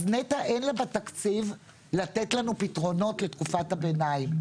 אז לנת"ע אין בתקציב לתת לנו פתרונות לתקופת הביניים.